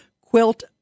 Quilt